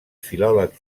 filòleg